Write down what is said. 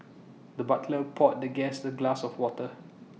the butler poured the guest A glass of water